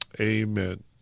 Amen